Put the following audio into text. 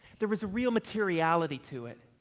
there was a real materiality to it.